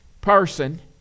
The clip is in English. person